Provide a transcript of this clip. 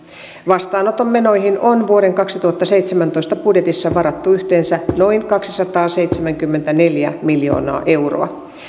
vastaanoton menoihin on vuoden kaksituhattaseitsemäntoista budjetissa varattu yhteensä noin kaksisataaseitsemänkymmentäneljä miljoonaa euroa